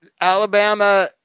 Alabama